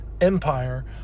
empire